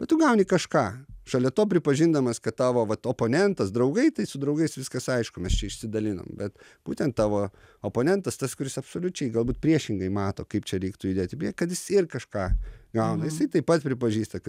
bet tu gauni kažką šalia to pripažindamas kad tavo vat oponentas draugai tai su draugais viskas aišku mes čia išsidalinom bet būtent tavo oponentas tas kuris absoliučiai galbūt priešingai mato kaip čia reiktų judėt į priekį kad jis ir kažką gauna jisai taip pat pripažįsta kad